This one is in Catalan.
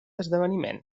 esdeveniment